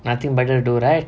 nothing better to do right